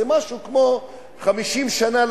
זה לעבוד כמו 50 שנה.